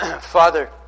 Father